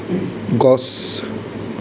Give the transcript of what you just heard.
গছ